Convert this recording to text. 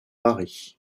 paris